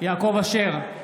יעקב אשר,